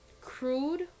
crude